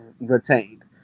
retained